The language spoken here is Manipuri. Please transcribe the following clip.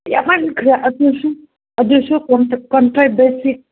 ꯌꯥꯃꯟꯈ꯭ꯔꯦ ꯑꯗꯨꯁꯨ ꯑꯗꯨꯁꯨ ꯀꯣꯟꯇ꯭ꯔꯦꯛ ꯕꯦꯁꯤꯁ